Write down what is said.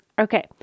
Okay